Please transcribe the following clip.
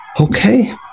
Okay